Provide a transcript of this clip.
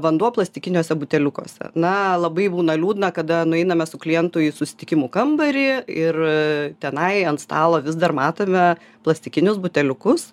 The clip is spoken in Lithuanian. vanduo plastikiniuose buteliukuose na labai būna liūdna kada nueiname su klientu į susitikimų kambarį ir tenai ant stalo vis dar matome plastikinius buteliukus